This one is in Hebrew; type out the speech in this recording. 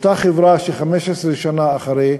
אותה חברה ש-15 שנה אחרי,